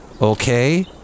okay